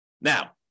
Now